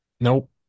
nope